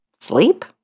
Sleep